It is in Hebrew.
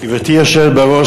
גברתי היושבת בראש,